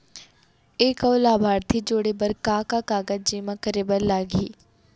एक अऊ लाभार्थी जोड़े बर का का कागज जेमा करे बर लागही?